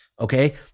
Okay